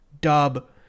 dub